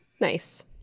Nice